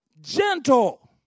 Gentle